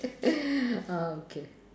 uh okay